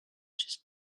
just